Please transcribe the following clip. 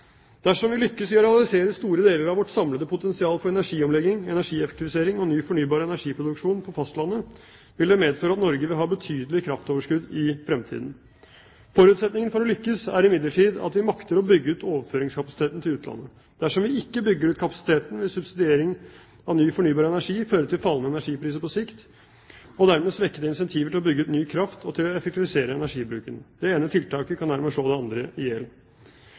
Dersom vi lykkes i å realisere store deler av vårt samlede potensial for energiomlegging, energieffektivisering og ny fornybar energiproduksjon på fastlandet, vil det medføre at Norge vil ha betydelige kraftoverskudd i fremtiden. Forutsetningen for å lykkes er imidlertid at vi makter å bygge ut overføringskapasiteten til utlandet. Dersom vi ikke bygger ut kapasiteten, vil subsidiering av ny fornybar energi føre til fallende energipriser på sikt og dermed svekkede incentiver til å bygge ut ny kraft og til å effektivisere energibruken. Det ene tiltaket kan dermed slå det andre